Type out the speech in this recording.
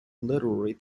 literary